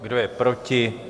Kdo je proti?